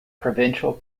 provincial